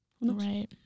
right